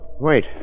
Wait